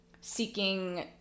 seeking